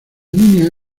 línea